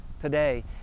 today